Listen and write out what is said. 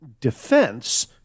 Defense